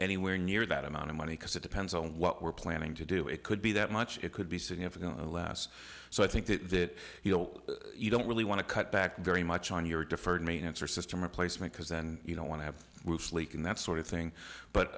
anywhere near that amount of money because it depends on what we're planning to do it could be that much it could be significantly less so i think that you know you don't really want to cut back very much on your deferred maintenance or system replacement because then you don't want to have groups leaking that sort of thing but